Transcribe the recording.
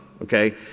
okay